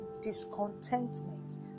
discontentment